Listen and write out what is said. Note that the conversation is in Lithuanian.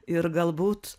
ir galbūt